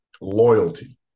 loyalty